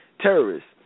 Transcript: Terrorists